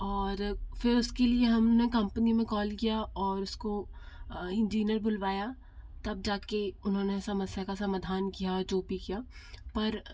और फिर उसके लिए हमने कम्पनी में कॉल किया और उसको इंजीनियर बुलवाया तब जा के उन्होंने समस्या का समाधान किया जो भी किया पर